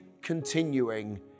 continuing